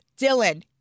Dylan